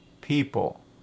people